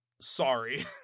Sorry